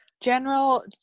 general